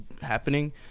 happening